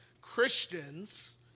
Christians